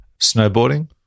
Snowboarding